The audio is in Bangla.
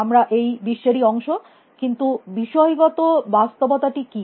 আমরা এই বিশ্বের ই অংশ কিন্তু বিষয়গত বাস্তবতা টি কী